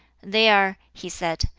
they are, he said,